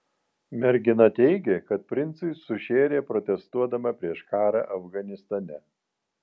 mergina teigė kad princui sušėrė protestuodama prieš karą afganistane